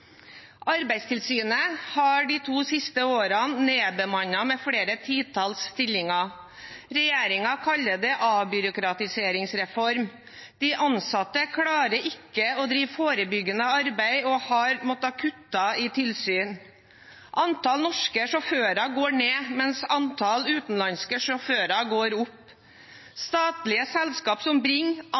Arbeidstilsynet har de to siste årene nedbemannet med flere titalls stillinger. Regjeringen kaller det avbyråkratiseringsreform. De ansatte klarer ikke å drive forebyggende arbeid og har måttet kutte i tilsyn. Antall norske sjåfører går ned, mens antall utenlandske sjåfører går opp. Statlige selskap, som